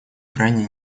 крайне